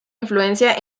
influencia